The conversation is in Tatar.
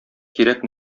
кирәк